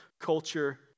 culture